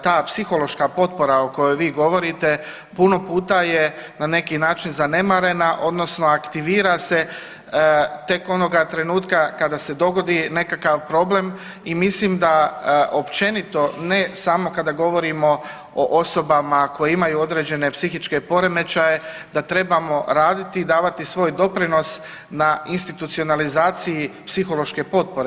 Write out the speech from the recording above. Ta psihološka potpora o kojoj vi govorite puno puta je na neki način zanemarena odnosno aktivira se tek onoga trenutka kada se dogodi nekakav problem i mislim da općenito ne samo kada govorimo o osobama koje imaju određene psihičke poremećaje da trebamo raditi i davati svoj doprinos na institucionalizaciji psihološke potpore.